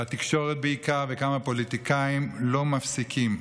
בתקשורת בעיקר וכמה פוליטיקאים, לא מפסיקים.